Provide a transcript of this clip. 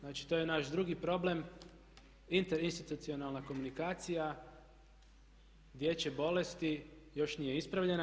Znači, to je naš drugi problem inter institucionalna komunikacija, dječje bolesti još nije ispravljena.